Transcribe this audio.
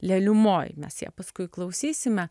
leliumoj mes ją paskui klausysime